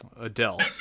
Adele